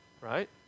Right